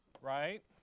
right